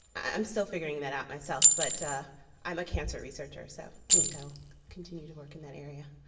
i'm still figuring that out myself. but i'm a cancer researcher so i think i'll continue to work in that area.